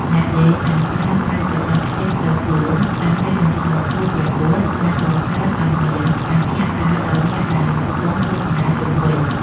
អ្នកលេងអាចប្រើប្រាស់បច្ចេកទេសផ្ទាល់ខ្លួនដើម្បីបញ្ឆោតគូប្រកួត និងបង្កើតឱ្យមានការភ្ញាក់ផ្អើលដល់អ្នកដែលកំពុងទស្សនាជុំវិញ។